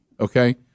okay